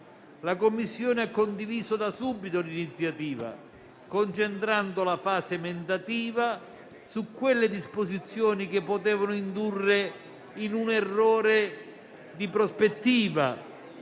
La Commissione ha condiviso da subito l'iniziativa, concentrando la fase emendativa sulle disposizioni che potevano indurre in un errore di prospettiva.